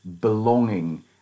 belonging